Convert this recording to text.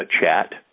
chat